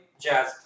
Jazz